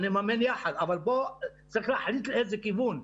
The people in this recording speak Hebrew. נממן יחד, אבל צריך להחליט לאיזה כיוון.